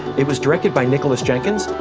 it was directed by nicholas jenkins,